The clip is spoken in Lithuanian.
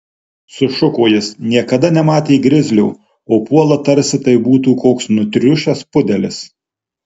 sušuko jis niekada nematė grizlio o puola tarsi tai būtų koks nutriušęs pudelis